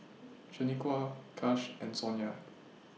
Shanequa Kash and Sonya